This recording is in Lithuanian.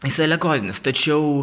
jis alegorinis tačiau